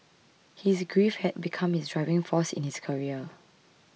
his grief had become his driving force in his career